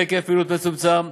להיקף פעילות מצומצם,